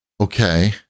Okay